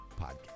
podcast